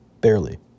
barely